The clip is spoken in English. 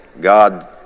God